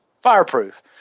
Fireproof